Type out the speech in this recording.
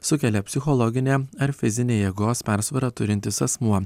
sukelia psichologinę ar fizinę jėgos persvarą turintis asmuo